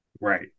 right